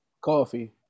Coffee